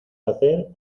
hacer